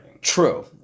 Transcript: True